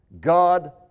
God